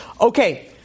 Okay